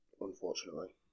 Unfortunately